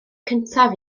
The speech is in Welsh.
cyntaf